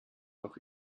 doch